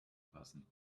passen